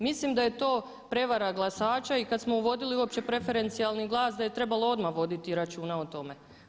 Mislim da je to prevara glasača i kad smo uvodili uopće preferencijalni glas da je trebalo odmah voditi računa o tome.